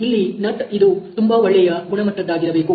ಇಲ್ಲಿ ನಟ್ ಇದು ತುಂಬಾ ಒಳ್ಳೆಯ ಗುಣಮಟ್ಟದ್ದಾಗಿರಬೇಕು